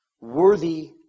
worthy